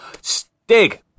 Stig